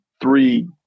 three